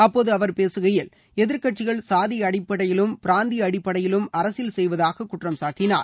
அப்போது அவர் பேசுகையில் எதிர்க்கட்சிகள் சாதி அடிப்படையிலும் பிராந்திய அடிப்படையிலும் அரசியல் செய்வதாக குற்றம்சாட்டினார்